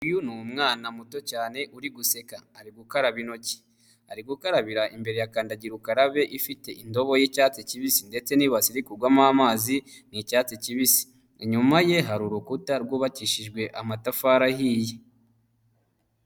Uyu ni umwana muto cyane uri guseka ari gukaraba intoki, ari gukarabira imbere ya kandagira ukarabe ifite indobo y'icyatsi kibisi, ndetse n'ibase iri kugwamo amazi ni icyatsi kibisi, inyuma ye hari urukuta rw'ubakishijwe amatafari ahiye.